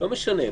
לא משנה,